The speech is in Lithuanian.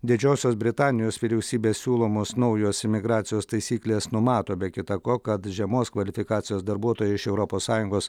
didžiosios britanijos vyriausybės siūlomos naujos imigracijos taisyklės numato be kita ko kad žemos kvalifikacijos darbuotojai iš europos sąjungos